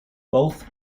both